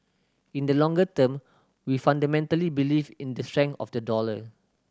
in the longer term we fundamentally believe in the strength of the dollar